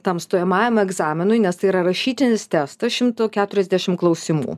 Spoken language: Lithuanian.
tam stojamajam egzaminui nes tai yra rašytinis testas šimto keturiasdešim klausimų